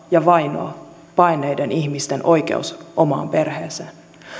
ja vainoa paenneiden ihmisten oikeus omaan perheeseen